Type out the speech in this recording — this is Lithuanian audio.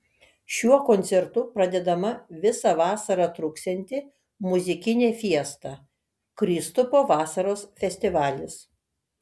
šiuo koncertu pradedama visą vasarą truksianti muzikinė fiesta kristupo vasaros festivalis